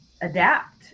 adapt